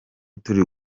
turi